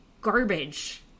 garbage